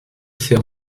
sert